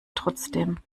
trotzdem